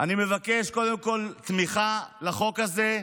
אני מבקש קודם כול תמיכה לחוק הזה.